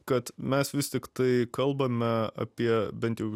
kad mes vis tiktai kalbame apie bent jau